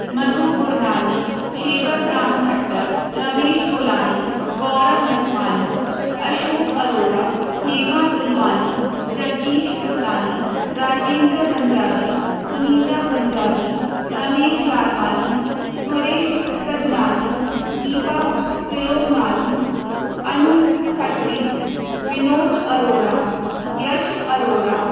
Madhu Gurnani Shewakram Khatar Ramesh Tolani Gaurav Lakhmani Ashok Arora Hema Tulwani Jagdish Kripalani Rajendra Punjabi Sunita Punjabi Ramesh Lalwani Suresh Sajnani Deepa Trilokani Anu Khatri Vinod Arora Yash Arora